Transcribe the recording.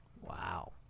Wow